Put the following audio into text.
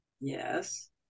Yes